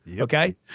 Okay